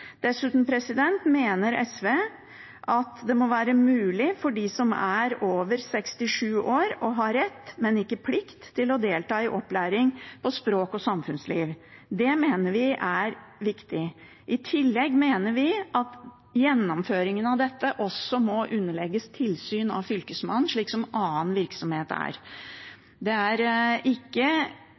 Dessuten mener SV at det må være mulig for dem som er over 67 år, å ha rett, men ikke plikt, til å delta i opplæring i språk og samfunnskunnskap. Det mener vi er viktig. I tillegg mener vi at gjennomføringen av dette også må underlegges tilsyn av Fylkesmannen, slik annen virksomhet er. Det er ikke